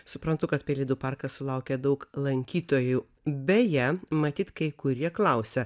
suprantu kad pelėdų parkas sulaukė daug lankytojų beje matyt kai kurie klausia